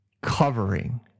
covering